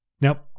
Now